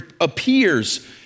appears